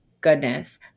goodness